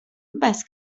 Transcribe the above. bez